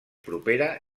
propera